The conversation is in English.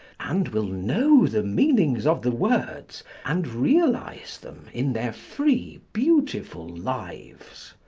and will know the meanings of the words, and realise them in their free, beautiful lives.